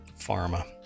pharma